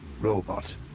robot